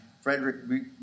Frederick